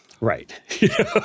Right